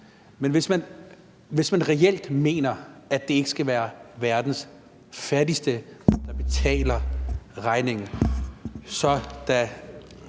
hvis man reelt mener, at det ikke skal være verdens fattigste, der betaler regningen. Kl.